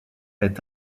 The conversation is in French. est